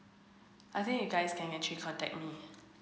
I think you guys can actually contact me